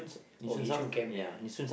oh Yishun camp there ah